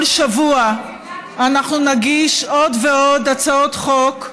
כל שבוע נגיש עוד ועוד הצעות חוק.